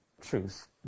truth